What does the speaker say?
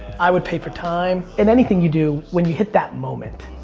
i would pay for time. in anything you do, when you hit that moment.